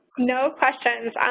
no questions.